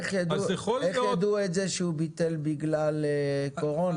איך ידעו שהוא ביטל בגלל קורונה?